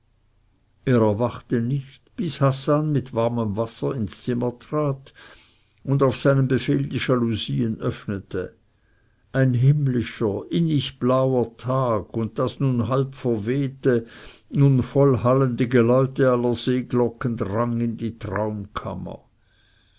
er erwachte nicht bis hassan mit warmem wasser ins zimmer trat und auf seinen befehl die jalousien öffnete ein himmlischer innig blauer tag und das nun halb verwehte nun vollhallende geläute aller seeglocken drang in die traumkammer